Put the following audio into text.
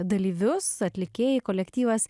dalyvius atlikėjai kolektyvas